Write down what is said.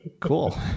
Cool